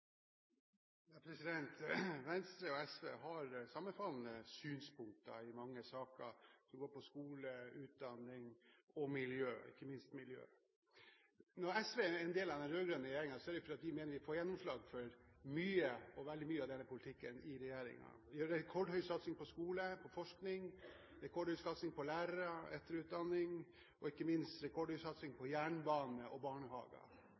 Venstre og SV har sammenfallende synspunkter i mange saker som går på skole, utdanning og miljø – ikke minst miljø. Når SV er en del av den rød-grønne regjeringen, er det fordi vi mener at vi får gjennomslag for veldig mye av denne politikken i regjeringen. Vi har rekordhøy satsing på skole, på forskning, rekordhøy satsing på lærere, etterutdanning og ikke minst rekordhøy satsing på jernbane og barnehager.